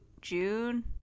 june